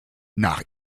nach